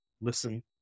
Listen